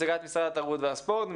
נציגת משרד התרבות והספורט,